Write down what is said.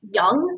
young